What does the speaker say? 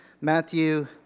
Matthew